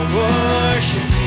worship